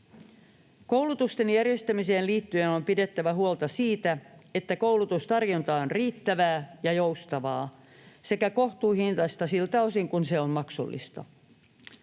Koulutusten järjestämiseen liittyen on pidettävä huolta siitä, että koulutustarjonta on riittävää ja joustavaa sekä kohtuuhintaista siltä osin kuin se on maksullista.